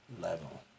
level